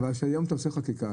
כשהיום אתה עושה חקיקה,